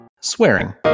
Swearing